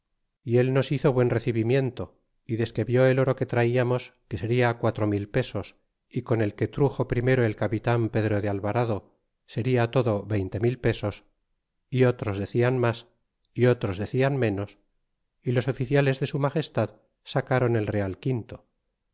y él nos hizo buen recibimiento y desque vió el oro que traiamos que seria quatro mil pesos con el que truxo primero el capitan pedro de alvarado seria por todo veinte mil pesos y otros decian mas y otros decian ménos é los oficiales de su magestad sacron el real quinto